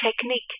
technique